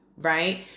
right